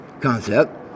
concept